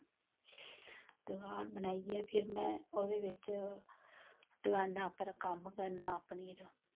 दकान बनाइयै फिर में ओह्दे बिच दकाना पर कम्म करना अपनी र